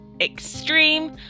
extreme